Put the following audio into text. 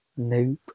Nope